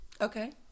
Okay